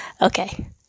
Okay